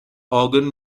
organ